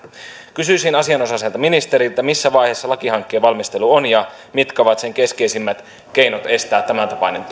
kysyisin asianosaiselta ministeriltä missä vaiheessa lakihankkeen valmistelu on ja mitkä ovat sen keskeisimmät keinot estää tämäntapainen